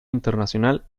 internacional